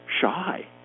shy